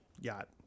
yacht